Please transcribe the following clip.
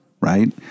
Right